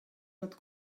pot